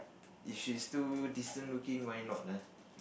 if she's too decent looking why not ah